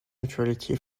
neutrality